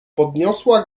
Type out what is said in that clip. podniosła